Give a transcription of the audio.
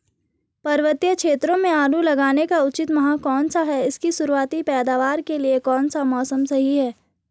पर्वतीय क्षेत्रों में आलू लगाने का उचित माह कौन सा है इसकी शुरुआती पैदावार के लिए कौन सा मौसम सही है?